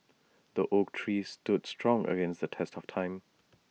the oak tree stood strong against the test of time